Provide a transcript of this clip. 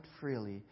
freely